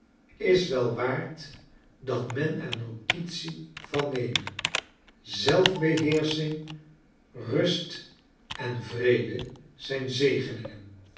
is wel waard dat men er notitie van neme zelfbeheersching rust en vrede zijn zegeningen